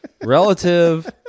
relative